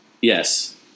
yes